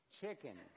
Chicken